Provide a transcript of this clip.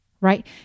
right